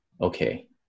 okay